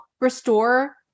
restore